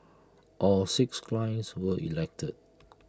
all six clients were elected